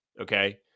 Okay